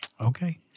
okay